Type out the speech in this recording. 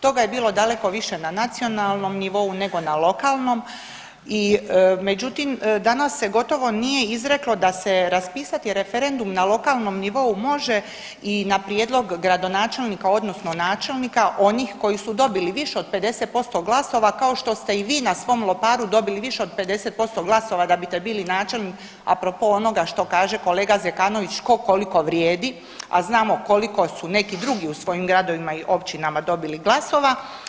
Toga je bilo daleko više na nacionalnom nivou nego na lokalnom i međutim danas se gotovo nije izreklo da se raspisati referendum na lokalnom nivou može i na prijedlog gradonačelnika odnosno načelnika onih koji su dobili više od 50% glasova kao što ste i vi na svom Loparu dobili više od 50% glasova da biste bili načelnik apropo onoga što kaže kolega Zekanović tko koliko vrijedi, a znamo koliko su neki drugi u svojim gradovima i općinama dobili glasova.